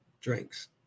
drinks